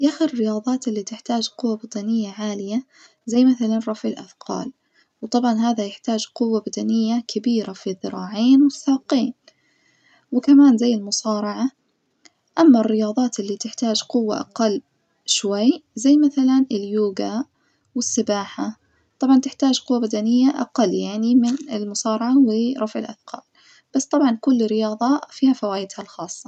يا أخي الرياضات اللي تحتاج قوة بدنية عالية زي مثلا رفع الأثقال وطبعًا هدا يحتاج قوة بدنية كبيرة في الذراعين والساقين وكمان زي المصارعة، أما الرياضات اللي تحتاج قوة أقل شوي زي مثلا اليوجا والسباحة طبعًا تحتاج قوة بدنية أقل يعني من المصارعة ورفع الأثقال، بس طبعًا كل رياضة فيها فوايدها الخاصة.